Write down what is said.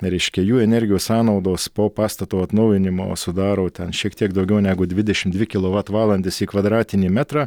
reiškia jų energijos sąnaudos po pastato atnaujinimo sudaro ten šiek tiek daugiau negu dvidešim dvi kilovatvalandes į kvadratinį metrą